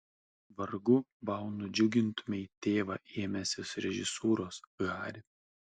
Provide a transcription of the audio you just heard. vargu bau nudžiugintumei tėvą ėmęsis režisūros hari